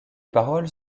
paroles